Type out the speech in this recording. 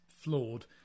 flawed